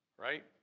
Right